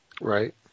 Right